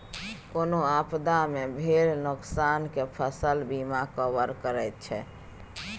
कोनो आपदा मे भेल नोकसान केँ फसल बीमा कवर करैत छै